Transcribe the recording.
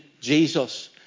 Jesus